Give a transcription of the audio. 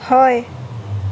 হয়